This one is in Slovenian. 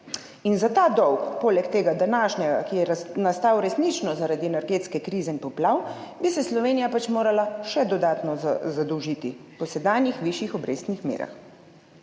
za ta dolg poleg tega današnjega, ki je nastal resnično zaradi energetske krize in poplav, bi se Slovenija pač morala še dodatno zadolžiti po sedanjih višjih obrestnih merah.